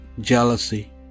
jealousy